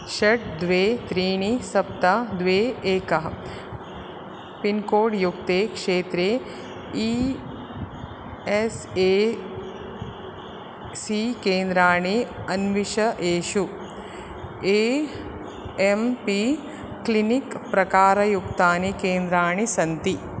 षट् द्वे त्रीणि सप्त द्वे एकः पिन् कोड् युक्ते क्षेत्रे ई एस् ए सी केन्द्राणि अन्विष येषु ए एम् पी क्लिनिक् प्रकारयुक्तानि केन्द्राणि सन्ति